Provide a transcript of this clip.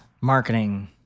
marketing